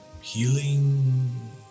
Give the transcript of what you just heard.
healing